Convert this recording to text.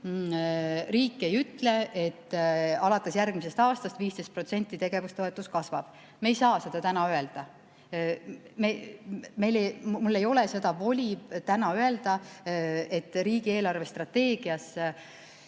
riik ei ütle, et alates järgmisest aastast 15% tegevustoetus kasvab. Me ei saa seda täna öelda. Mul ei ole seda voli täna öelda, et riigi eelarvestrateegias